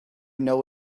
know